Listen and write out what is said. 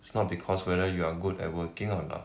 it's not because whether you are good at working or not